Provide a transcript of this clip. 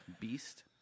Beast